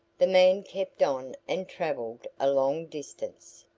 the man kept on and travelled a long distance.